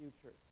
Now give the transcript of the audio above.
future